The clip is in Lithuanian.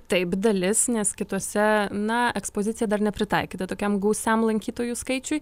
taip dalis nes kitose na ekspozicija dar nepritaikyta tokiam gausiam lankytojų skaičiui